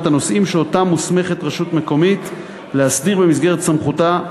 הנושאים שרשות מקומית מוסמכת להסדיר במסגרת סמכותה: